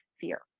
fear